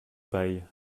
paille